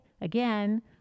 again